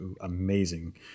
amazing